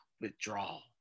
withdrawal